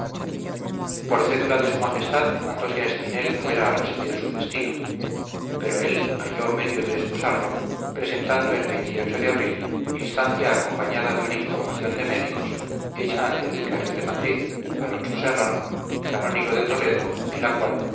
por cédula de s m mandose a espinel fuera a residir su destino pero él halló medio de excusarlo presentando en de abril instancia acompañada de una información de médicos hecha ante el vicario de madrid alonso serrano canónigo de toledo en la cual